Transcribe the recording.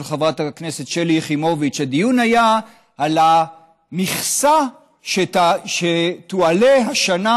חברת הכנסת שלי יחימוביץ היה על המכסה שתועלה השנה,